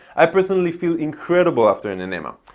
i personally feel incredible after an and enema.